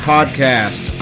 Podcast